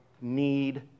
need